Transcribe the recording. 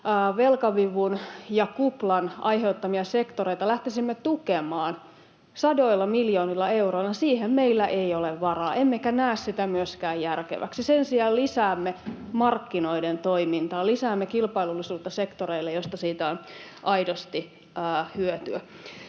velkavivun ja -kuplan aiheuttamia sektoreita lähtisimme tukemaan sadoilla miljoonilla euroilla, meillä ei ole varaa, emmekä näe sitä myöskään järkeväksi. Sen sijaan lisäämme markkinoiden toimintaa, lisäämme kilpailullisuutta sektoreille, joilla siitä on aidosti hyötyä.